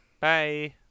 Bye